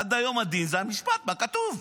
עד היום הדין זה המשפט, מה שכתוב.